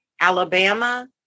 Alabama